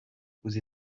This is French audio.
vous